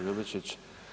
Ljubičić.